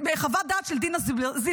חוות דעת של דינה זילבר,